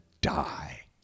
die